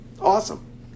awesome